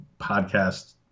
podcast